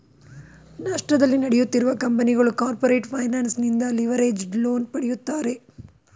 ನಷ್ಟದಲ್ಲಿ ನಡೆಯುತ್ತಿರುವ ಕಂಪನಿಗಳು ಕಾರ್ಪೊರೇಟ್ ಫೈನಾನ್ಸ್ ನಿಂದ ಲಿವರೇಜ್ಡ್ ಲೋನ್ ಪಡೆಯುತ್ತಾರೆ